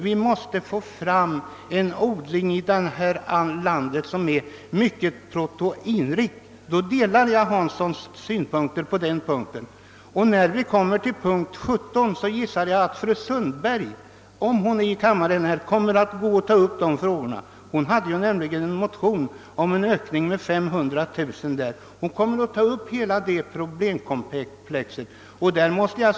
Han nämnde att vi i detta land måste få fram en proteinrik odling. I det avseendet delar jag herr Hanssons åsikter. När vi skall behandla punkt 17 i detta utlåtande gissar jag att fru Sundberg, om hon då befinner sig i kammaren, kommer att ta upp dessa frågor. Hon har en motion om en ökning med 500 000 kronor utöver vad Kungl. Maj:t har anslagit. Säkerligen kommer hon att ta upp hela detta problemkomplex.